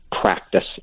practice